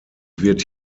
wird